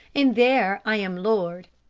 and there i am lord.